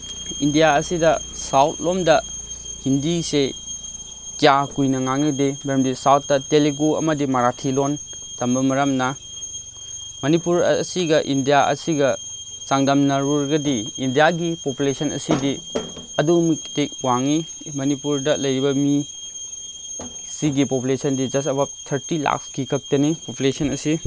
India ꯑꯁꯤꯗ south ꯂꯣꯝꯗ ꯍꯤꯟꯗꯤꯁꯦ ꯀꯌꯥ ꯀꯨꯏꯅ ꯉꯥꯡꯅꯗꯦ ꯃꯔꯝꯗꯤ ꯁꯥꯎꯠꯇ ꯇꯦꯂꯨꯒꯨ ꯑꯃꯗꯤ ꯃꯔꯥꯊꯤ ꯂꯣꯟ ꯇꯝꯕ ꯃꯔꯝꯅ ꯃꯅꯤꯄꯨꯔ ꯑꯁꯤꯒ ꯏꯟꯗꯤꯌꯥ ꯑꯁꯤꯒ ꯆꯥꯡꯗꯝꯅꯔꯨꯔꯒꯗꯤ ꯏꯟꯗꯤꯌꯥꯒꯤ ꯄꯣꯄꯨꯂꯦꯁꯟ ꯑꯁꯤꯒꯤ ꯑꯗꯨꯛꯀꯤꯃꯛꯇꯤ ꯋꯥꯡꯉꯤ ꯃꯅꯤꯄꯨꯔꯗ ꯂꯩꯔꯤꯕ ꯃꯤ ꯁꯤꯒꯤ ꯄꯣꯄꯨꯂꯦꯁꯟꯗꯤ ꯖꯁ ꯑꯕꯞ ꯊꯔꯇꯤ ꯂꯥꯈꯁꯀꯤꯈꯛꯇꯅꯤ ꯄꯣꯄꯨꯂꯦꯁꯟ ꯑꯁꯤ